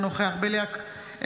אינו נוכח ולדימיר בליאק,